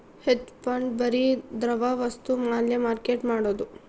hedge fund ಬರಿ ದ್ರವ ವಸ್ತು ಮ್ಯಾಲ ಮಾರ್ಕೆಟ್ ಮಾಡೋದು